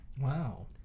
Wow